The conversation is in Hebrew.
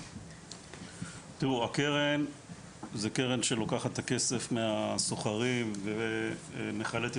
הקרן זו קרן שלוקחת כסף מהסוחרים ומחלטת